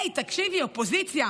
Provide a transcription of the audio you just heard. הי, תקשיבי, אופוזיציה,